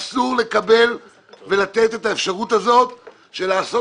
אסור לקבל ולתת את האפשרות הזאת של לעשות